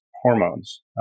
hormones